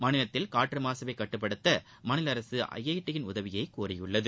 மாநிலத்தில் காற்று மாசுவை கட்டுப்படுத்த மாநில அரசு ஐஐடியின் உதவியை கோரியுள்ளது